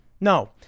No